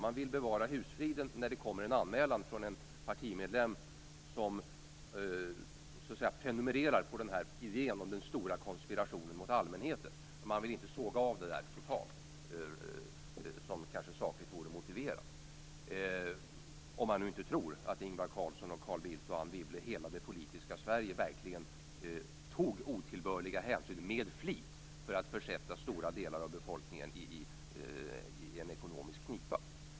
Man vill bevara husfriden när det kommer en anmälan från en partimedlem som "prenumererar" på idén om den stora konspirationen mot allmänheten. Man vill dock inte såga av helt, vilket sakligt kanske vore motiverat - om man nu inte tror att Ingvar Carlsson, Carl Bildt och Anne Wibble, dvs. hela det politiska Sverige, verkligen tog otillbörliga hänsyn med flit för att försätta en stor del av befolkningen i ekonomisk knipa.